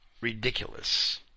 ridiculous